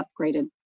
upgraded